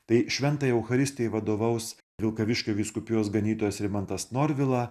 tai šventajai eucharistijai vadovaus vilkaviškio vyskupijos ganytojas rimantas norvila